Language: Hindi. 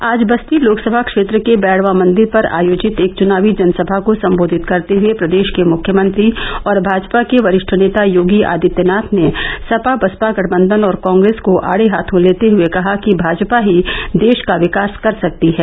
आज बस्ती लोकसभा क्षेत्र के बैड़वा मंदिर पर आयोजित एक चुनावी जनसभा को संबोधित करते हुए प्रदेश के मुख्यमंत्री योगी आदित्यनाथ ने सपा बसपा गठबन्धन और कांग्रेस को आड़े हाथों लेते हुए कहा कि भाजपा ही देष का विकास कर सकती है